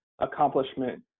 accomplishment